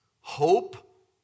hope